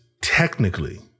technically